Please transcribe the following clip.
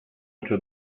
into